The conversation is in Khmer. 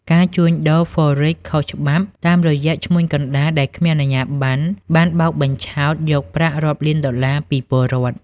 ការជួញដូរហ្វរិក (Forex) ខុសច្បាប់តាមរយៈឈ្មួញកណ្តាលដែលគ្មានអាជ្ញាប័ណ្ណ បានបោកបញ្ឆោតយកប្រាក់រាប់លានដុល្លារពីពលរដ្ឋ។